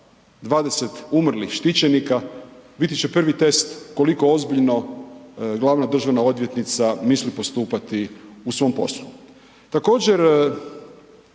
20 umrlih štićenika, biti će prvi test koliko ozbiljno glavna državna odvjetnica misli postupati u svom poslu. Također,